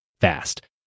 fast